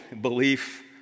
belief